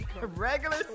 Regular